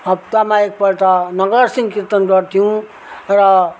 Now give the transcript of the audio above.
हप्तामा एकपल्ट नगर सिंह किर्तन गर्थ्यौँ र